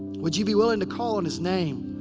would you be willing to call on his name?